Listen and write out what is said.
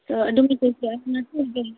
ᱛᱚ ᱟᱹᱰᱤ ᱢᱚᱸᱡᱽ ᱟᱹᱭᱠᱟᱹᱜ ᱟᱛᱚ ᱡᱮ